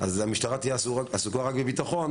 המשטרה תהיה עסוקה רק בביטחון